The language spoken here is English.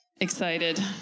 excited